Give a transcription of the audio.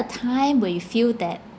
a time where you feel that